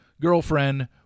girlfriend